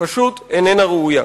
פשוט איננה ראויה.